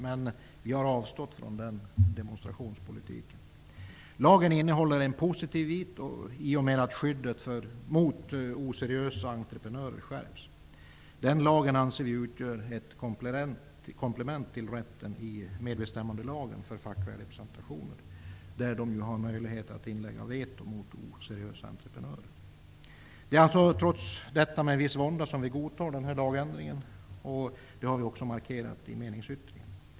Men vi har avstått från en sådan demonstrationspolitik. Lagen innehåller en positiv del i och med att skyddet mot oseriösa entreprenörer skärps. Den lagen, anser vi, utgör ett komplement till rätten i medbestämmandelagen för fackliga organisationer att inlägga veto mot oseriösa entreprenörer. Det är alltså med viss vånda som vi trots detta godtar föreslagen lagändring, vilket vi också i vår meningsyttring markerat.